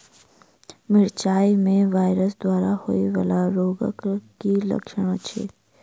मिरचाई मे वायरस द्वारा होइ वला रोगक की लक्षण अछि?